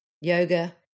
Yoga